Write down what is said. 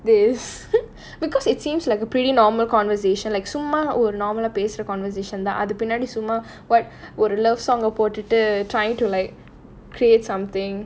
this because it seems like a pretty normal conversation like சும்மா ஒரு:summa oru normal ah பேசுற:pesura conversation தான் அது பின்னாடி சும்மா:thaan athu pinnaadi summa what ஒரு:oru love song ah போட்டுட்டு:pottuttu trying to like create something